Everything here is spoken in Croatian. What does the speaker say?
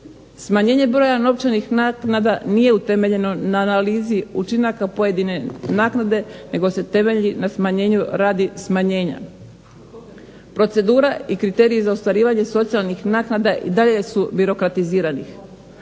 Smanjenje broja novčanih naknada nije utemeljeno na analizi učinaka pojedine naknade nego se temelji na smanjenju radi smanjenja. Procedura i kriterij za ostvarivanje socijalnih naknada i dalje su birokratizirani.